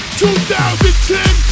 2010